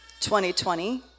2020